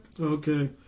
Okay